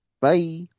Bye